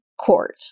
court